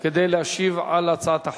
כדי להשיב על הצעת החוק.